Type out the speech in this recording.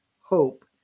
hope